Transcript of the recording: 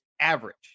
average